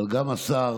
אבל גם עם השר